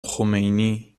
خمینی